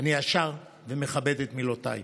אני ישר ומכבד את מילותיי.